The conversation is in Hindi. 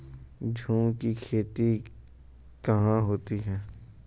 झूम की खेती कहाँ होती है?